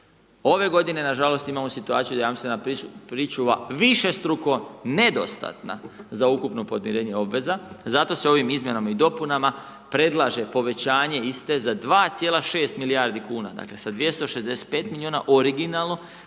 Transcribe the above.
Ove g. nažalost imamo situaciju da je jamstvena pričuva višestruko nedostatna za ukupno podmirenje obveza, zato se ovim izmjenama i dopunama predlaže povećanje iste za 2,6 milijardi kn, dakle, sa 265 milijuna originalno